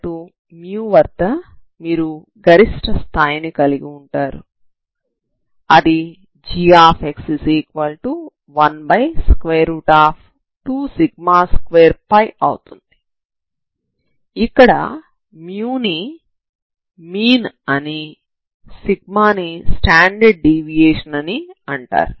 xμ వద్ద మీరు గరిష్ఠ స్థాయిని కలిగి ఉంటారు అది gx12σ2 అవుతుంది ఇక్కడ ని మీన్ అని ని స్టాండర్డ్ డీవియేషన్ అని అంటారు